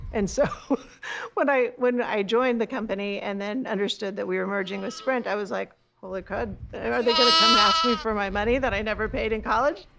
and so when i when i joined the company and then understood that we were merging with sprint i was like, holy crud, are they going to come and ask me for my money that i never paid in college?